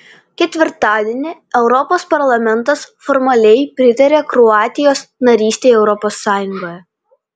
ketvirtadienį europos parlamentas formaliai pritarė kroatijos narystei europos sąjungoje